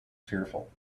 fearful